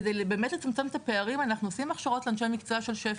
כדי לצמצם את הפערים אנחנו עושים הכשרות לאנשי מקצוע של שפ"י,